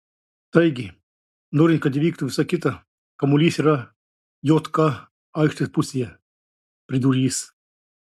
taigi norint kad įvyktų visa kita kamuolys yra jk aikštės pusėje pridūrė jis